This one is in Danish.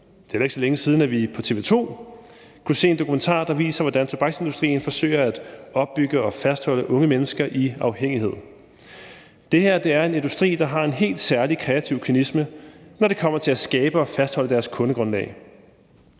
heller ikke så længe siden, at vi på TV 2 kunne se en dokumentar, der viser, hvordan tobaksindustrien forsøger at opbygge og fastholde unge mennesker i afhængighed. Det her er en industri, der har en helt særlig kreativ kynisme, når det kommer til at skabe og fastholde deres kundegrundlag.